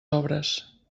obres